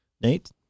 Nate